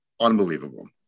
unbelievable